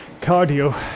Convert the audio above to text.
cardio